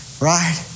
Right